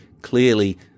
clearly